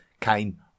came